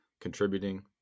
contributing